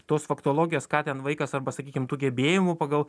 tos faktologijos ką ten vaikas arba sakykim tų gebėjimų pagal